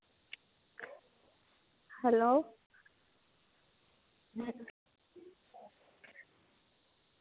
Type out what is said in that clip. hello